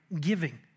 giving